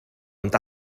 ond